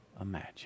imagine